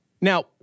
Now